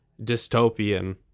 dystopian